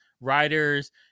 writers